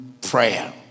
prayer